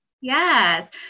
Yes